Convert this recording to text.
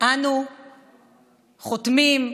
אנו חותמים,